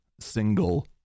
single